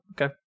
okay